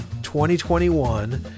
2021